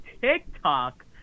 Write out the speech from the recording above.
TikTok